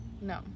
No